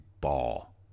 ball